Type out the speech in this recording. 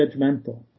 judgmental